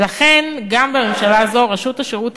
ולכן גם בממשלה הזו רשות השירות